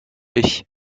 ich